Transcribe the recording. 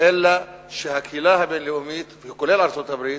אלא שהקהילה הבין-לאומית, כולל ארצות-הברית,